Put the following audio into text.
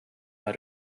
how